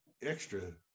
extra